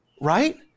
right